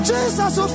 Jesus